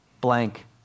blank